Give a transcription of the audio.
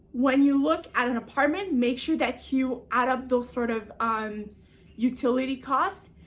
when you look at an apartment, make sure that you add up those sort of um um utility costs.